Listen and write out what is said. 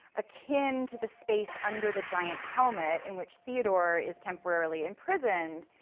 akin to the space under the giant helmet in which theodore is temporarily imprisoned,